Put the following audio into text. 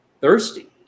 thirsty